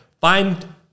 find